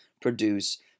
produce